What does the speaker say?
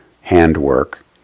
handwork